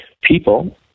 people